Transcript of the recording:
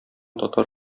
татар